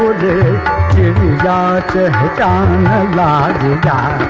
da da da da da da